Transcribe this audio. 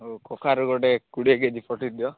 ହଁ କଖାରୁ ଗୋଟେ କୋଡ଼ିଏ କେ ଜି ପଠେଇଦିଅ